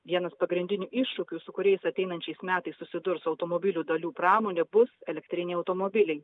vienas pagrindinių iššūkių su kuriais ateinančiais metais susidurs automobilių dalių pramonė bus elektriniai automobiliai